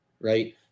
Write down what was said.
right